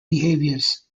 behaviors